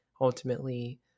ultimately